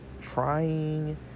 trying